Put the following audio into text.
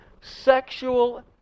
sexual